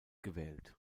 gewählt